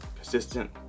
consistent